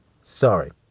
Sorry